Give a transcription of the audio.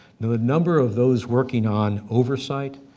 the number of those working on oversight,